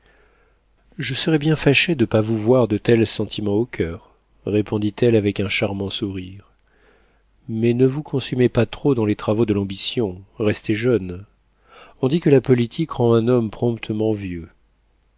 je serais bien fâchée de ne pas vous voir de tels sentiments au coeur répondit-elle avec un charmant sourire mais ne vous consumez pas trop dans les travaux de l'ambition restez jeune on dit que la politique rend un homme promptement vieux